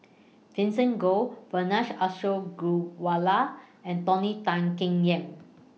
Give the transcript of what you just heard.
Vivien Goh Vijesh Ashok Ghariwala and Tony Tan Keng Yam